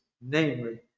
namely